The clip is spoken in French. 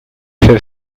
fait